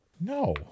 No